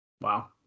Wow